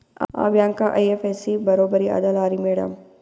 ಆ bank IFSC ಬರೊಬರಿ ಅದಲಾರಿ ಮ್ಯಾಡಂ?